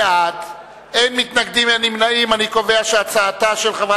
אנחנו עוברים להצבעה על הצעת חוק